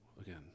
again